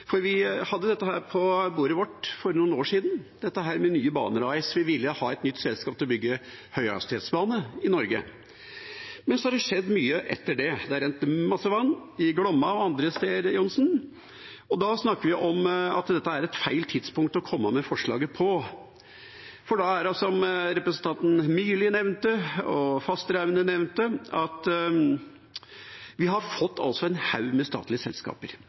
for vi hadde dette på bordet vårt for noen år siden – «Nye Baner AS». Vi ville ha et nytt selskap til å bygge høyhastighetsbane i Norge. Til representanten Johnsen: Så har det skjedd mye etter det, det har rent masse vann i Glomma og andre steder – da snakker vi om at dette er feil tidspunkt å komme med forslaget på. Da er det som representantene Myrli og Fasteraune nevnte, vi har fått en haug med statlige selskaper,